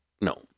No